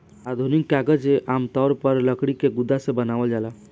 आधुनिक कागज आमतौर पर लकड़ी के गुदा से बनावल जाला